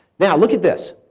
now look at this.